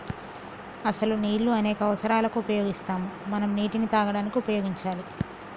అసలు నీళ్ళు అనేక అవసరాలకు ఉపయోగిస్తాము మనం నీటిని తాగడానికి ఉపయోగించాలి